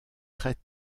très